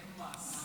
אין מס.